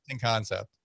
concept